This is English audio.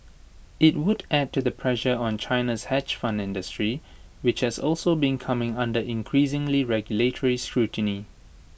IT would add to the pressure on China's hedge fund industry which has also been coming under increasing regulatory scrutiny